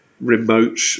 remote